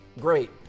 Great